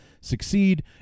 succeed